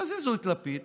תזיזו את לפיד